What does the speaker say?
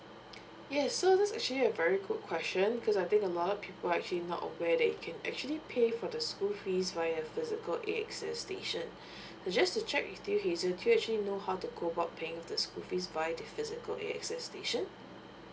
yes so this actually a very good question because I think a lot of people actually not aware that you can actually pay for the school fees via physical A_X_S station just to check with you hazel do you actually know how to go about paying with the school fees via the physical A_X_S station